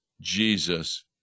Jesus